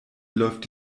läuft